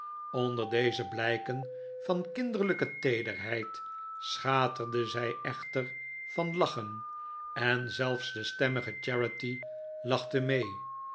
onder deze blijken van kinderlijke teederheid schaterde zij echter van lachen en zelfs de stemmige charity lachte mee